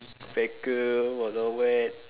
faker wild no wet